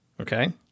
Okay